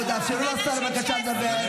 בואו, תאפשרו לשר לדבר, בבקשה.